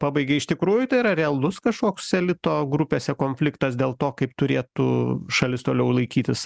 pabaigė iš tikrųjų tai yra realus kažkoks elito grupėse konfliktas dėl to kaip turėtų šalis toliau laikytis